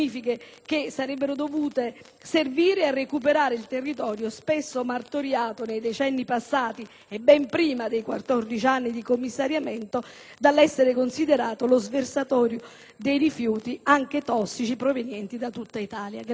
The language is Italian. che sarebbero dovute servire a recuperare il territorio, spesso martoriato nei decenni passati - e ben prima dei quattordici anni di commissariamento - dall'essere considerato lo sversatorio dei rifiuti, anche tossici, provenienti da tutta Italia.